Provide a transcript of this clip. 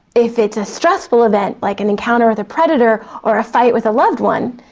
if it's a stressful event like an encounter with a predator or a fight with a loved one,